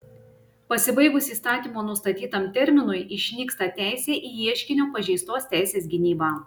pasibaigus įstatymo nustatytam terminui išnyksta teisė į ieškinio pažeistos teisės gynybą